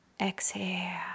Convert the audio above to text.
Exhale